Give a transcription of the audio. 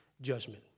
judgment